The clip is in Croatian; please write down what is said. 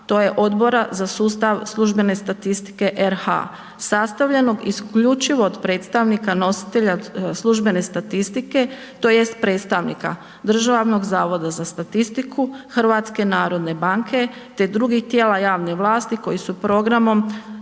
tj. Odbora za sustava službene statistike RH sastavljenog isključivo od predstavnika nositelja službene statistike tj. predstavnika DZS-a, HNB-a, te drugih tijela javne vlasti koji su programom